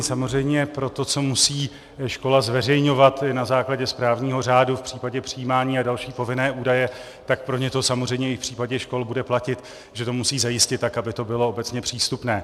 Samozřejmě pro to, co musí škola zveřejňovat na základě správního řádu v případě přijímání a další povinné údaje, tak pro ně to samozřejmě i v případě škol bude platit, že to musí zajistit tak, aby to bylo obecně přístupné.